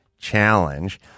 challenge